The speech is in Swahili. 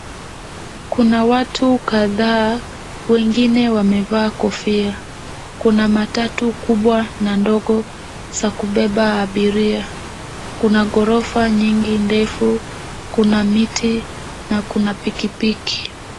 Kuna watu kadhaa, wengine wamevaa kofia. Kuna matatu kubwa na ndogo za kubeba abiria. Kuna ghorofa nyingi ndefu. Kuna miti na kuna pikipiki.